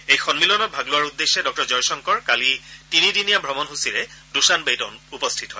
এই সন্মিলনত ভাগ লোৱাৰ উদ্দেশ্যে ডঃ জয়শংকৰ কালি তিনিদিনীয়া ভ্ৰমণসূচীৰে দুশানৰেত উপস্থিত হয়